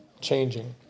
changing